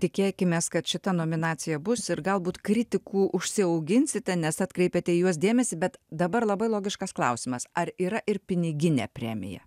tikėkimės kad šita nominacija bus ir galbūt kritikų užsiauginsite nes atkreipėte į juos dėmesį bet dabar labai logiškas klausimas ar yra ir piniginė premija